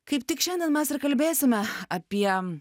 kaip tik šiandien mes ir kalbėsime apie